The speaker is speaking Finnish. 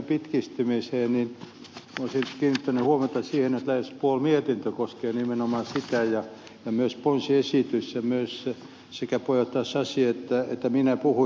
olisin kiinnittänyt huomiota siihen että lähes puoli mietintöä koskee nimenomaan sitä ja myös ponsiesitys ja että sekä puheenjohtaja sasi että minä puhuimme tästä